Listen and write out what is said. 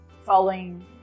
following